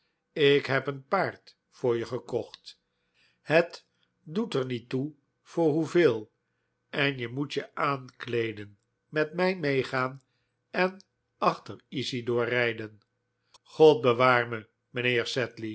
ik heb een paard voor je gekocht het doet er niet toe voor hoeveel en je moet je aankleeden met mij meegaan en achter isidor rijden god bewaar me